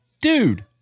dude